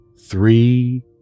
three